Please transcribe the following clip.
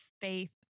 faith